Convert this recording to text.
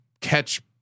catch